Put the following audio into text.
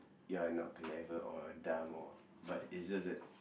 you are not clever or dumb or but it's just that